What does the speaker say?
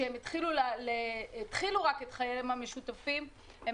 כשהם התחילו רק את חייהם המשותפים הם